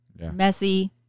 messy